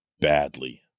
badly